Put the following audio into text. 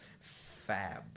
Fab